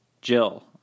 Jill